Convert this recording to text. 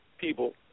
people